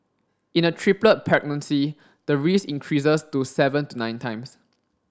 in a triplet pregnancy the risk increases to seven to nine times